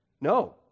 No